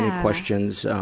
ah questions,